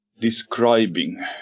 describing